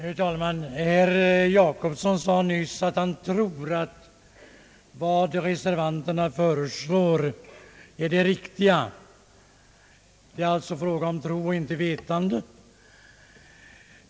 Herr talman! Herr Per Jacobsson sade nyss att han tror att vad reservanterna föreslår är det riktiga. Det är alltså fråga om tro och inte om vetande.